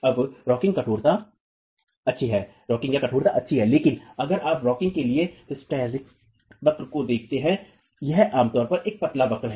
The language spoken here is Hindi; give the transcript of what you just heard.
अब रॉकिंगकठोरता अच्छी है लेकिन अगर आप रॉकिंग के लिए हिस्टेरेटिक वक्र को देखते हैं यह आमतौर पर एक पतला वक्र है